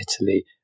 Italy